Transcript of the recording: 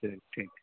چلیے ٹھیک